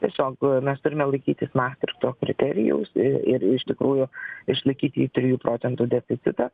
tiesiog mes turime laikytis mastrichto kriterijaus ir iš tikrųjų išlaikyti trijų procentų deficitą